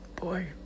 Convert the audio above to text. boy